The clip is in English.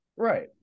Right